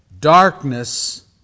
darkness